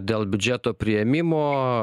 dėl biudžeto priėmimo